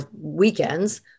weekends